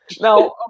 Now